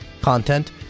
content